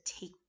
take